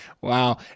Wow